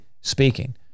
speaking